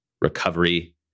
recovery